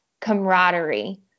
camaraderie